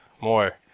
more